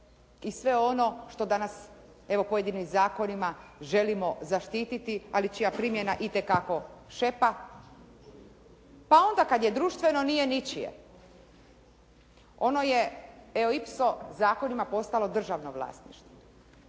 i sve ono što danas evo pojedinim zakonima želimo zaštiti ali čija primjena itekako šepa, pa onda kad je društveno nije ničije. Ono je eoipso zakonima postalo državno vlasništvo.